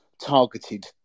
targeted